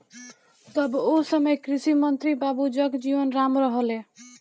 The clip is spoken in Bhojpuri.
तब ओ समय कृषि मंत्री बाबू जगजीवन राम रहलें